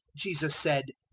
jesus said,